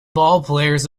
ballplayers